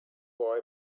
boy